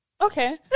Okay